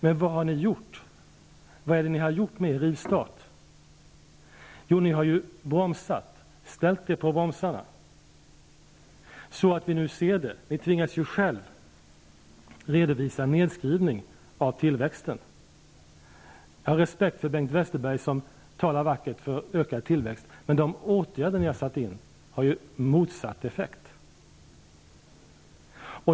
Men vad har ni gjort med er rivstart? Jo, ni har ställt er på bromsarna, så att ni själva tvingas redovisa en nedskrivning av tillväxten. Jag har respekt för Bengt Westerberg, som talar vackert för ökad tillväxt, men de åtgärder som ni har satt in har motsatt effekt.